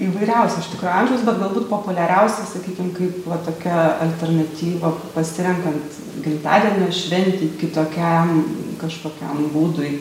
įvairiausio iš tikrųjų amžiaus bet galbūt populiariausi sakykim kaip va tokia alternatyva pasirenkant gimtadienio šventei kitokiam kažkokiam būdui